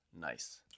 Nice